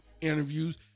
interviews